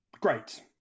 great